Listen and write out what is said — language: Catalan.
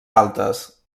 altes